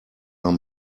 are